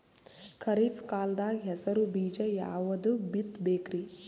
ಖರೀಪ್ ಕಾಲದಾಗ ಹೆಸರು ಬೀಜ ಯಾವದು ಬಿತ್ ಬೇಕರಿ?